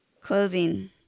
clothing